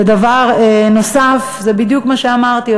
ודבר נוסף זה בדיוק מה שאמרתי,